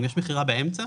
אם יש מכירה באמצע,